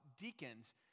deacons